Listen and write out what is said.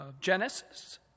Genesis